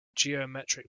geometric